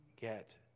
get